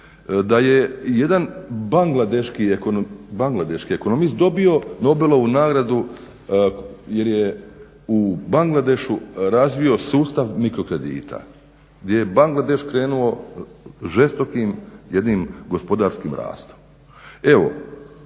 da je jedan bangladeški ekonomist dobio Nobelovu nagradu jer je u Bangladešu razvio sustav mikro kredita gdje je Bangladeš krenuo žestoko jedim gospodarskim rastom.